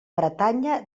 bretanya